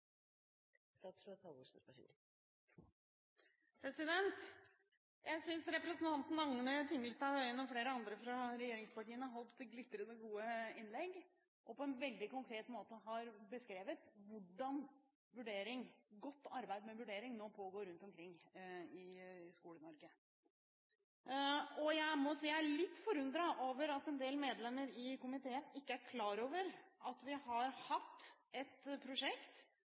Jeg synes representanten Anne Tingelstad Wøien og flere andre fra regjeringspartiene holdt glitrende gode innlegg og på en veldig konkret måte beskrev hvordan godt arbeid med vurdering nå pågår rundt omkring i Skole-Norge. Jeg er litt forundret over at en del medlemmer i komiteen ikke er klar over at vi har hatt et prosjekt